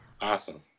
Awesome